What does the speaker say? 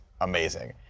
amazing